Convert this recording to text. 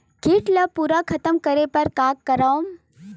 कीट ला पूरा खतम करे बर का करवं?